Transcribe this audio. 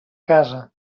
casa